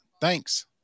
thanks